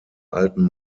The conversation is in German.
alten